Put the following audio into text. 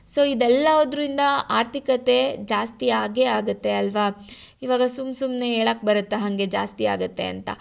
so ಇದೆಲ್ಲವುದ್ರಿಂದ ಆರ್ಥಿಕತೆ ಜಾಸ್ತಿ ಆಗೇ ಆಗುತ್ತೆ ಅಲ್ಲವಾ ಇವಾಗ ಸುಮ್ಮ ಸುಮ್ಮನೆ ಹೇಳೋಕ್ ಬರುತ್ತ ಹಾಗೆ ಜಾಸ್ತಿ ಆಗುತ್ತೆ ಅಂತ